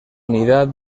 unidad